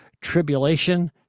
tribulation